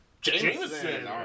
Jameson